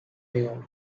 knew